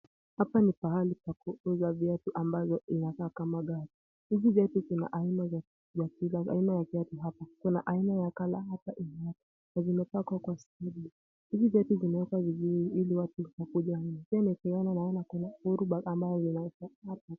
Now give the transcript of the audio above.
Hapa ni pahali pa kuuza viatu ambapo inakaa kama gari. Hizi viatu zina viatu. Kuna aina ya color zote. Pia naona uhuru bag ambazo zinaekwa hapo.